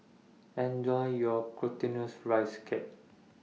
Enjoy your Glutinous Rice Cake